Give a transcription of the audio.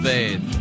Faith